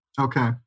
Okay